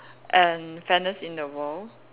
and fairness in the world